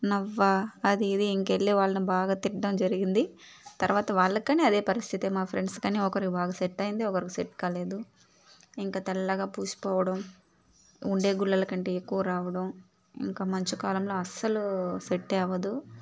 నవ్వా అది ఇది ఇంకా వెళ్లి వాళ్ళని బాగా తిట్టడం జరిగింది తర్వాత వాళ్లకు కానీ అదే పరిస్థితి మా ఫ్రెండ్స్ కానీ ఒకరికి బాగా సెట్ అయింది ఒక్కరికి సెట్ కాలేదు ఇంక తెల్లగా పూసి పోవడం ఉండే గుల్లల కంటే ఎక్కువ రావడం ఇంకా మంచు కాలంలో అస్సలు సెట్టే అవ్వదు